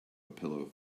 pillow